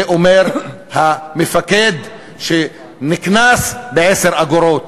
את זה אומר המפקד שנקנס ב-10 אגורות.